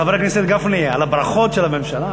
חבר הכנסת גפני, על הברכות של הממשלה?